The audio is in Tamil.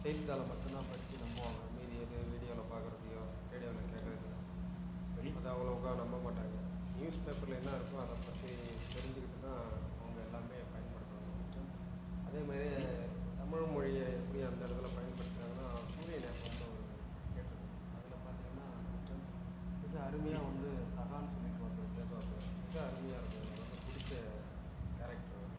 செய்தித்தாளை மட்டும்தான் படிச்சு நம்புவாங்க மீதி எது வீடியோவில் பார்க்குறதையோ ரேடியோவில் கேட்குறதையோ அது அவ்வளோக்கா நம்பமாட்டாங்க நியூஸ் பேப்பரில் என்ன இருக்கோ அதைப்பற்றி தெரிஞ்சுக்கிட்டு தான் அவங்க எல்லாமே பயன்படுத்துவாங்க அதே மாதிரி தமிழ் மொழியை எப்படி அந்த இடத்துல பயன்படுத்துறாங்கன்னால் சூரியன் எஃப்எம்ன்னு ஒரு கேட்டிருப்போம் அதில் பார்த்தீங்கன்னா மிக அருமையாக வந்து சகான்னு சொல்லிட்டு ஒருத்தர் பேசுவாப்புல மிக அருமையாக இருக்கும் எனக்கு வந்து பிடிச்ச கேரக்ட்ரு அவர்